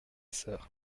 sœur